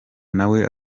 nawe